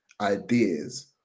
ideas